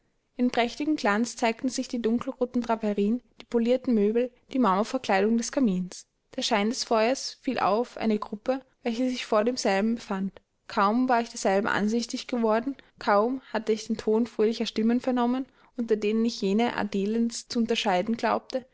in prächtigem glanz zeigten sich die dunkelroten draperien die polierten möbel die marmorverkleidung des kamins der schein des feuers fiel auf eine gruppe welche sich vor demselben befand kaum war ich derselben ansichtig geworden kaum hatte ich den ton fröhlicher stimmen vernommen unter denen ich jene adelens zu unterscheiden glaubte